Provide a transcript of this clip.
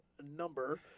number